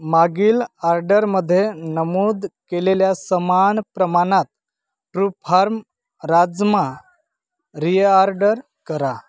मागील ऑर्डरमध्ये नमूद केलेल्या समान प्रमाणात ट्रूफार्म राजमा रिऑर्डर करा